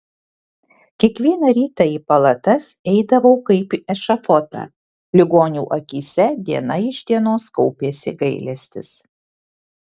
kiekvieną rytą į palatas eidavau kaip į ešafotą ligonių akyse diena iš dienos kaupėsi gailestis